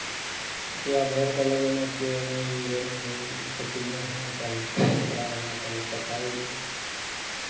किए भरि कऽ लगयने छियै एन्नऽ ई एन्नऽ ऊ ईसभ चीज नहि होना चाही साफ सुथरा रहना चाही सफाइमे